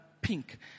pink